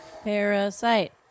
Parasite